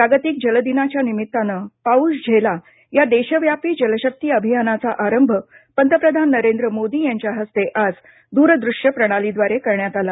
जागतिक जल दिनाच्या निमित्तानं पाऊस झेला या देशव्यापी जलशक्ति अभियानाचा आरंभ पंतप्रधान नरेंद्र मोदी यांच्या हस्ते आज दूरदृष्य प्रणालीद्वारे करण्यात आला